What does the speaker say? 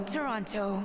Toronto